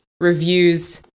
reviews